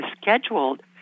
scheduled